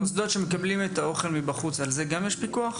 במוסדות שמקבלים את האוכל מבחוץ גם על זה יש פיקוח,